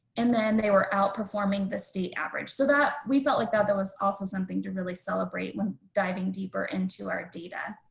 and then they were outperforming the state average. so that we felt like that that was also something to really celebrate. when diving deeper into our data.